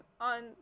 on